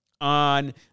on